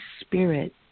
Spirit